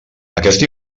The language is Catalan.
aquesta